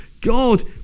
God